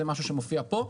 זה משהו שמופיע פה,